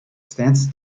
stands